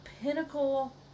pinnacle